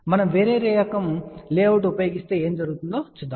మనం వేరే రకం లేఅవుట్ ఉపయోగిస్తే ఏమి జరుగుతుందో చూద్దాం